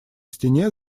стене